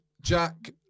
Jack